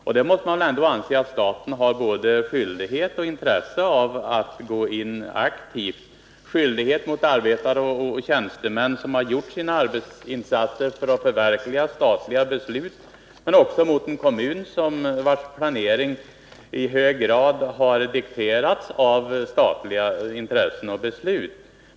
Man måste ändå anse att staten bör ha både skyldighet och intresse när det gäller att gå in aktivt, skyldighet mot arbetare och tjänstemän som har gjort sina arbetsinsatser för att förverkliga statliga beslut och också mot en kommun vars planering i hög grad dikterats av statliga intressen och beslut.